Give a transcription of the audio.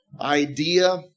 idea